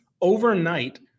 overnight